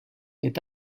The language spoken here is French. est